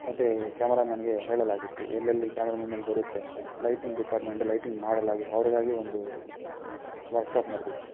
ಮತ್ತು ಕ್ಯಾಮರಮನ್ಗೆ ಹೇಳಲಾಗಿತ್ತು ಎಲ್ಲೆಲ್ಲಿ ಕ್ಯಾಮ್ರ ಮೂಮೆಂಟ್ ಬರುತ್ತೆ ಅಂತ ಲೈಟಿಂಗ್ ಡಿಪಾರ್ಟ್ಮೆಂಟ್ ಲೈಟಿಂಗ್ ಮಾಡಲಾಗಿ ಅವರಿಗಾಗೇ ಒಂದು ವರ್ಕ್ಶಾಪ್ ನಡೆದಿತ್ತು